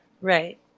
right